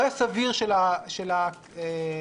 מההוראות שחלות גם לא בתקופת 90 הימים,